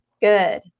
good